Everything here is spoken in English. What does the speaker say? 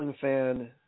fan